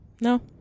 No